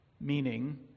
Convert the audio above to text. Meaning